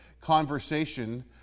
conversation